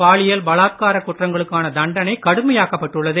பாலியல் பலாத்கார குற்றங்களுக்கான தண்டனை கடுமையாக்கப்பட்டுள்ளது